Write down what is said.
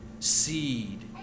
seed